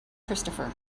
christopher